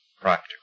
practical